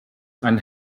einen